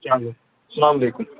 چلو السلام علیکُم